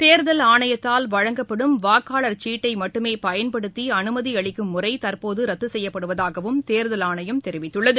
தேர்தல் ஆணையத்தால் வழங்கப்படும் வாக்காளர் சீட்டை மட்டுமே பயன்படுத்தி அனுமதி அளிக்கும் முறை தற்போது ரத்து செய்யப்படுவதாகவும் தேர்தல் ஆணையம் தெரிவித்துள்ளது